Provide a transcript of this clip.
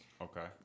Okay